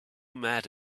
mad